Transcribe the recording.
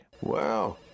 Wow